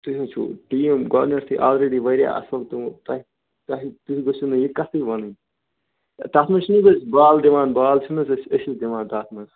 تُہۍ حظ چھُو ٹیٖم گۄڈٕنیٚتھٕے آل ریڈی واریاہ اَصٕل تہٕ تۅہہِ تۄہہِ تُہۍ گٔژھِو نہٕ یہِ کَتھٕے وَنٕنۍ تتھ منٛز چھِنہٕ حظ أسۍ بال دِوان بال چھِنہٕ حظ أسۍ أسی دِوان تتھ منٛز